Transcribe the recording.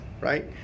right